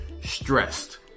stressed